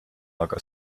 aga